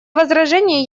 возражений